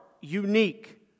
unique